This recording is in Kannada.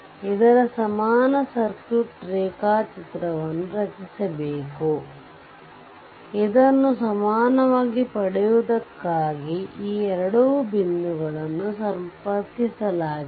ಇದರ ಸಮಾನ ಸರ್ಕ್ಯೂಟ್ ರೇಖಾಚಿತ್ರವನ್ನು ರಚಿಸಬೇಕು ಇದನ್ನು ಸಮಾನವಾಗಿ ಪಡೆಯುವುದಕ್ಕಾಗಿ ಈ ಎರಡು ಬಿಂದುಗಳನ್ನು ಸಂಪರ್ಕಿಸಲಾಗಿದೆ